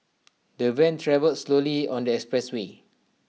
the van travelled slowly on the expressway